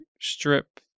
strip